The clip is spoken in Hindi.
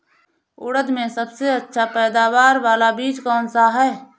उड़द में सबसे अच्छा पैदावार वाला बीज कौन सा है?